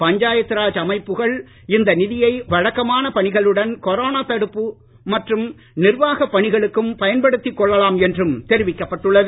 பஞ்சாயத்து ராஜ் அமைப்புகள் இந்த நிதியை வழக்கமான பணிகளுடன் கொரோனா தடுப்பு மற்றும் நிர்வாக பணிகளுக்கும் பயன்படுத்திக் கொள்ளலாம் என்றும் தெரிவிக்கப்பட்டுள்ளது